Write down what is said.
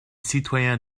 citoyens